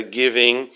giving